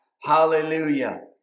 hallelujah